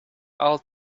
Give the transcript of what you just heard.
all